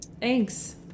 thanks